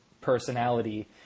personality